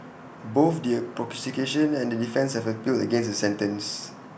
both the prosecution and the defence have appealed against the sentence